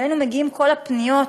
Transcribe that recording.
ואלינו מגיעות כל הפניות